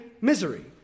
misery